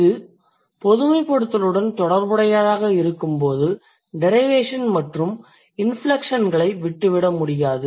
இது பொதுமைப்படுத்துதலுடன் தொடர்புடையதாக இருக்கும்போது டிரைவேஷன் மற்றும் இன்ஃப்லெக்ஷன்களை விட்டுவிட முடியாது